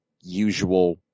usual